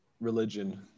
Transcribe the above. religion